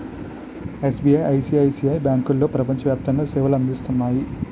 SBI, ICICI బ్యాంకులో ప్రపంచ వ్యాప్తంగా సేవలు అందిస్తున్నాయి